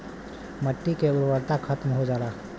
मट्टी के उर्वरता खतम हो जाला